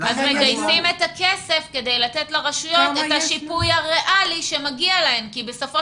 מגייסים את הכסף כדי לתת לרשויות את השיפוי הריאלי שמגיע להן כי בסופו